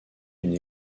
une